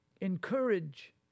encourage